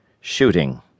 shooting